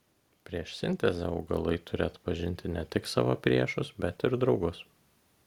prieš sintezę augalai turi atpažinti ne tik savo priešus bet ir draugus